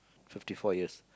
fifty four years